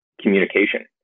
communication